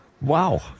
Wow